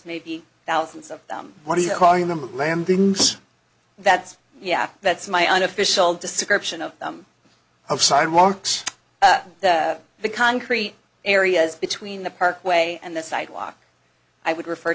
maybe thousands of them what do you remember landings that's yeah that's my unofficial description of them have sidewalks that the concrete areas between the parkway and the sidewalk i would refer